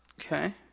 Okay